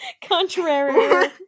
Contrary